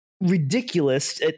ridiculous